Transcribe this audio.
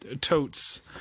totes